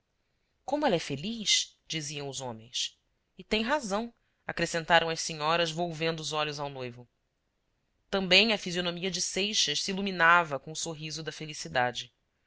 como ela é feliz diziam os homens e tem razão acrescentaram as senhoras volvendo os olhos ao noivo também a fisionomia de seixas se iluminava com o sorriso da felicidade